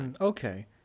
okay